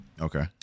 Okay